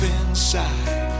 inside